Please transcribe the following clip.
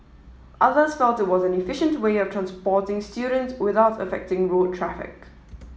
others felt it was an efficient way of transporting students without affecting road traffic